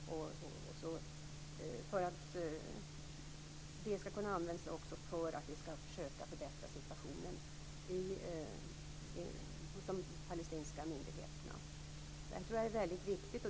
Utöver handel och sådana frågor som jag berörde är mänskliga rättigheter väldigt viktiga.